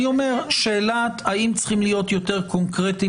השאלה האם צריכים להיות יותר קונקרטיים